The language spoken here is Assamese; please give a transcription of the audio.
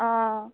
অঁ